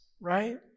right